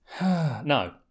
No